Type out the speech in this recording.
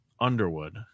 Underwood